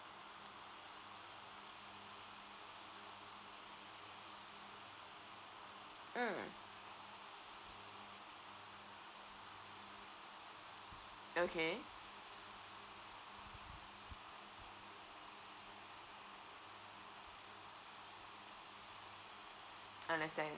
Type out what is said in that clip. mm okay understand